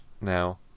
now